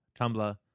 Tumblr